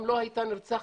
אם לא הייתה נרצחת,